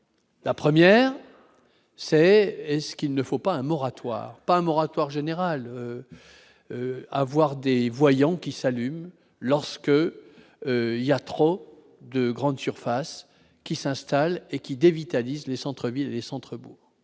La 1ère c'est est-ce qu'il ne faut pas un moratoire, pas un moratoire général avoir des voyant qui s'allume lorsque, il y a trop de grandes surfaces qui s'installent et qui dévitaliser les centres-villes, les centres bourgs,